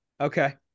Okay